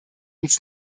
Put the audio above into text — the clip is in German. uns